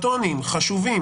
מרתוניים, חשובים